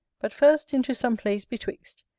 but first into some place betwixt,